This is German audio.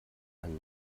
einen